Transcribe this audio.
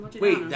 Wait